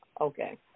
Okay